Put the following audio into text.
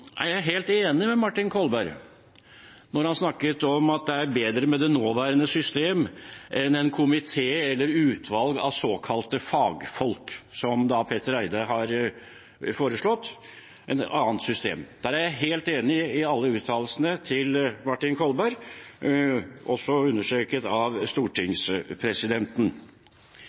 Jeg er helt enig med Martin Kolberg når han snakker om at det er bedre med det nåværende system enn med en komité eller et utvalg av såkalte fagfolk, som Petter Eide har foreslått, et annet system. Der er jeg helt enig i alle uttalelsene til Martin Kolberg, også understreket av stortingspresidenten.